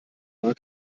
war